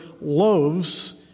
loaves